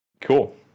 cool